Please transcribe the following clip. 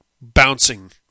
bouncing